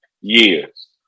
years